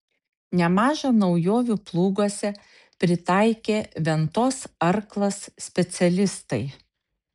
nemaža naujovių plūguose pritaikė ventos arklas specialistai